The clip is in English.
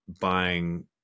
buying